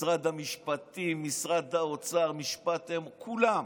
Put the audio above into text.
משרד המשפטים, משרד האוצר, כולם,